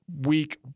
week